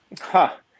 Ha